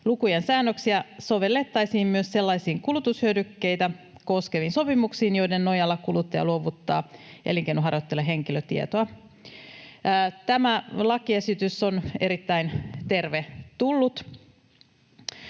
lukujen säännöksiä sovellettaisiin myös sellaisiin kulutushyödykkeitä koskeviin sopimuksiin, joiden nojalla kuluttaja luovuttaa elinkeinonharjoittajalle henkilötietoa. Tämä lakiesitys on erittäin tervetullut.